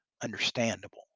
understandable